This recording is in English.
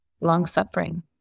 long-suffering